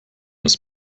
ist